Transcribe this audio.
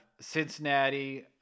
Cincinnati